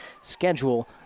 Schedule